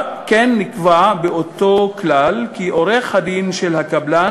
כן נקבע באותו כלל כי עורך-הדין של הקבלן